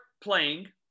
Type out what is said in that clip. playing